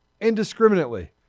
indiscriminately